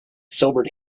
sobered